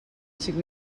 cinc